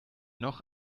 noch